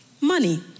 money